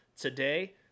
today